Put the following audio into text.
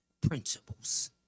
principles